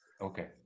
Okay